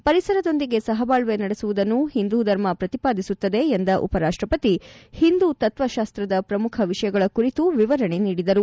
ಪರಿಸರದೊಂದಿಗೆ ಸಹಬಾಳ್ವೆ ನಡೆಸುವುದನ್ನು ಹಿಂದೂ ಧರ್ಮ ಪ್ರತಿಪಾದಿಸುತ್ತದೆ ಎಂದ ಉಪರಾಷ್ಷಪತಿ ಹಿಂದೂತತ್ವ ಶಾಸ್ತದ ಪ್ರಮುಖ ವಿಷಯಗಳ ಕುರಿತು ವಿವರಣೆ ನೀಡಿದರು